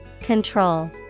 Control